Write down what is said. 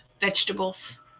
vegetables